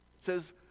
says